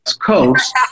Coast